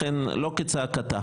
לכן לא כצעקתה.